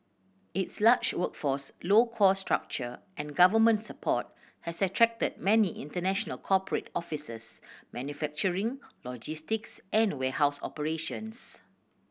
its large workforce low cost structure and government support has attracted many international corporate offices manufacturing logistics and warehouse operations